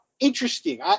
Interesting